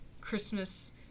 Christmas